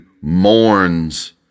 mourns